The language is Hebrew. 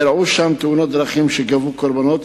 אירעו שם תאונות דרכים שגבו קורבנות,